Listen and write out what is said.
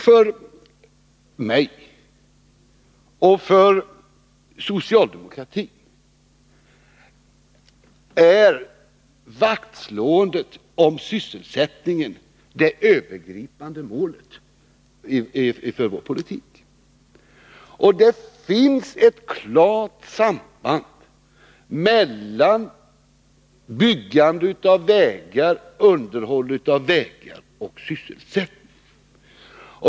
För mig och för socialdemokratin är vaktslåendet om sysselsättningen det övergripande målet för vår politik. Det finns ett klart samband mellan byggande och underhåll av vägar och sysselsättningen.